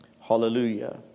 Hallelujah